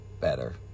better